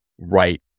right